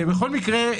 לכן,